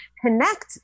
connect